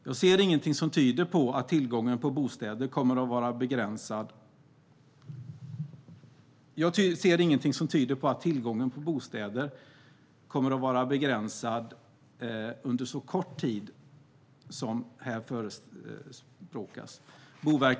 Jag ser inget som tyder på att tillgången på bostäder kommer att vara begränsad under så kort tid som hävdas. Boverket uppskattar att behovet fram till 2025 kommer att vara 710 000 bostäder.